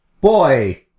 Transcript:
Boy